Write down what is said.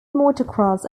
motocross